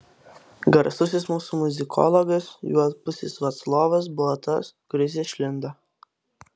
garsusis mūsų muzikologas juodpusis vaclovas buvo tas kuris išlindo